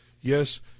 Yes